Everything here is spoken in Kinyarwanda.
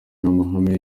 n’amahame